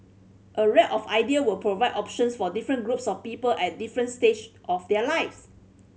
a raft of idea will provide options for different groups of people at different stage of their lives